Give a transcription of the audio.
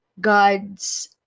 God's